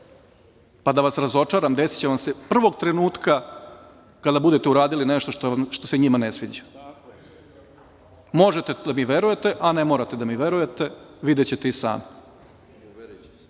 Pa da vas razočaram, desiće vam se prvog trenutka kada budete uradili nešto što se njima ne sviđa. Možete da mi verujete, a ne morate da mi verujete, videćete i sami.